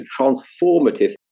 transformative